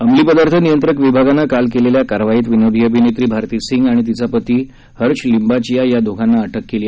अमली पदार्थ नियंत्रक विभागानं काल केलेल्या कारवाईत विनोदी अभिनेत्री भारती सिंग आणि तीचा पती हर्ष लिंबाचिया या दोघांना अटक केली